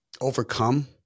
overcome